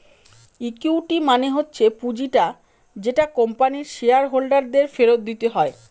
equity মানে হচ্ছে পুঁজিটা যেটা কোম্পানির শেয়ার হোল্ডার দের ফেরত দিতে হয়